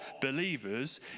believers